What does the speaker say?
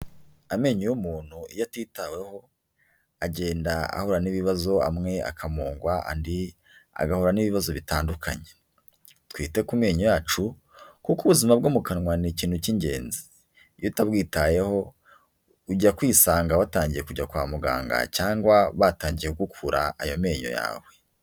Amenyo y'umuntu iyo atitaweho, agenda ahura n'ibibazo amwe akamungwa, andi agahura n'ibibazo bitandukanye. Twite ku menyo yacu kuko ubuzima bwo mu kanwa ni ikintu cy'ingenzi. Iyo utabwitayeho, ujya kwisanga watangiye kujya kwa muganga cyangwa batangiye kugukura ayo menyo yawe.